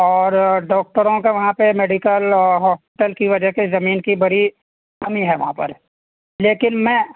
اور ڈاکٹروں کا وہاں پہ میڈیکل اور ہاسپٹل کی وجہ سے زمین کی بڑی کمی ہے وہاں پر لیکن میں